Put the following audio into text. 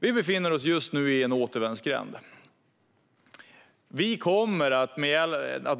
Vi befinner oss just nu i en återvändsgränd.